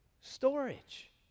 storage